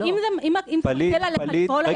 אם תסתכל על --- אה,